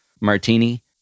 martini